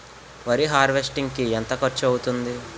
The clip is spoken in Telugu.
వరి హార్వెస్టింగ్ కి ఎంత ఖర్చు అవుతుంది?